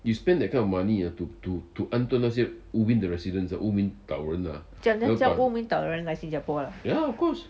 叫叫乌敏岛的人来新加坡啊